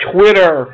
Twitter